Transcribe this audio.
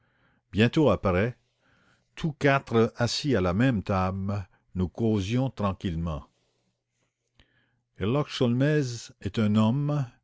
bientôt tous quatre assis à la même table nous causâmes tranquillement u n portrait d'herlock sholmès herlock sholmès est un homme